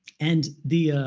and the